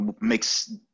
makes